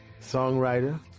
songwriter